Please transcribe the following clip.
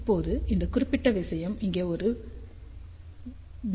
இப்போது இந்த குறிப்பிட்ட விஷயம் இங்கே ஒரு பி